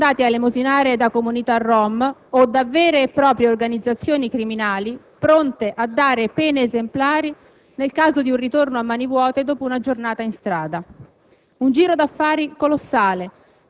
Molti dei piccoli mendicanti sono mandati a elemosinare da comunità *rom* o da vere e proprie organizzazioni criminali pronte a dare pene esemplari nel caso di un ritorno a mani vuote dopo una giornata in strada.